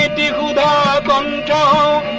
ah da ah da da da